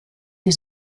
die